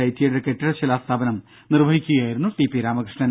ഐടിഐയുടെ കെട്ടിട ശിലാസ്ഥാപനം നിർവ്വഹിക്കുകയായിരുന്നു ടി പി രാമകൃഷ്ണൻ